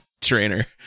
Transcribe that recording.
trainer